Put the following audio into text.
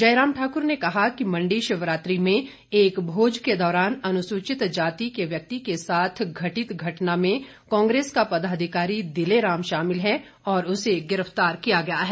जयराम ठाकुर ने कहा कि मंडी शिवरात्रि में एक भोज के दौरान अनुसूचित जाति के व्यक्ति के साथ घटित घटना में कांग्रेस का पदाधिकारी दिलेराम शामिल है और उसे गिरफ्तार किया गया है